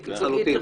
אני מבטיח.